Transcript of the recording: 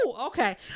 okay